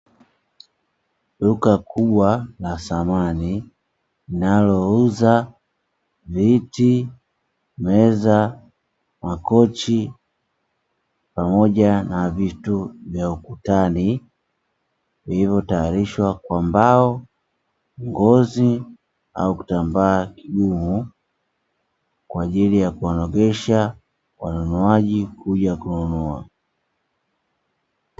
Duka kubwa la samani, linalouza viti, meza, makochi, pamoja na vitu vya ukutani, vilivyotayarishwa kwa mbao, ngozi au kitambaa kigumu, kwa ajili ya kuwanogesha wanunuaji kuja kununua.